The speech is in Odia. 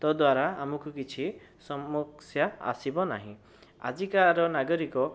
ତଦ୍ୱାରା ଆମକୁ କିଛି ସମସ୍ୟା ଆସିବ ନାହିଁ ଆଜିକା ନାଗରିକ